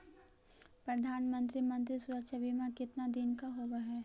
प्रधानमंत्री मंत्री सुरक्षा बिमा कितना दिन का होबय है?